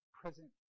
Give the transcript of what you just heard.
present